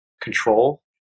control